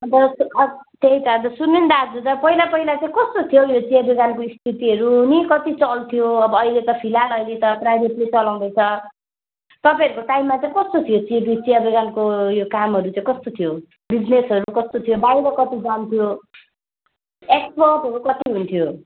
अन्त अब त्यही त सुन्नु नि दाजु पहिला पहिला चाहिँ कस्तो थियो यो चिया बगानको स्थितिहरू नि कति चल्थ्यो अब अहिले त फिलहाल अहिले त प्राइभेटले चलाउँदैछ तपईँहरूको टाइममा चाहिँ कस्तो थियो त्यो चिया बगानको यो कामहरू चाहिँ कस्तो थियो बिजिनेसहरू कस्तो थियो बाइर कति जान्थ्यो एक्सपोर्टहरू कति हुन्थ्यो